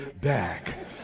back